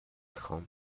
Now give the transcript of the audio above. خوام